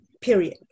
period